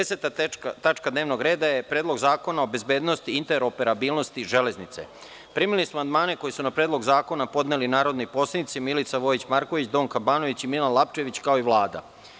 Prelazimo na 10. tačku dnevnog reda – PREDLOG ZAKONA O BEZBEDNOSTI I INTEROPERABILNOSTI ŽELEZNICE Primili ste amandmane koji su na Predlog zakona podneli narodni poslanici: Milica Vojić Marković, Donka Banović i Milan Lapčević, kao i Vlada.